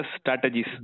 strategies